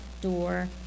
door